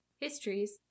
histories